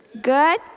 good